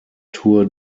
tour